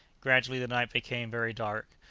gradually the night became very dark.